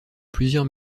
plusieurs